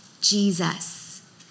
Jesus